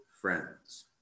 friends